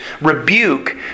rebuke